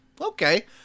okay